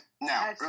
Now